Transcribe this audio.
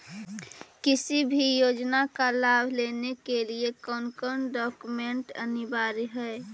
किसी भी योजना का लाभ लेने के लिए कोन कोन डॉक्यूमेंट अनिवार्य है?